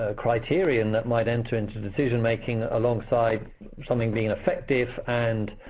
ah criterion that might enter into the decision-making alongside something being effective and